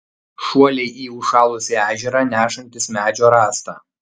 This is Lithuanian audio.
šuoliai į užšalusį ežerą nešantis medžio rąstą